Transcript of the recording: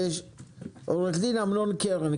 עוה"ד אמנון קרן,